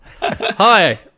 Hi